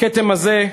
הכתם הזה,